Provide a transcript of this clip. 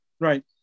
Right